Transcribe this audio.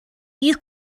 you